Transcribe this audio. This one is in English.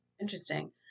interesting